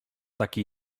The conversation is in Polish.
taki